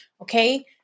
Okay